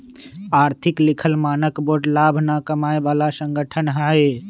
आर्थिक लिखल मानक बोर्ड लाभ न कमाय बला संगठन हइ